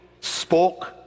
spoke